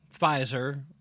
Pfizer